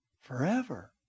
Forever